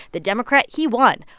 the democrat. he won.